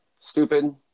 stupid